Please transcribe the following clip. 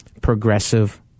progressive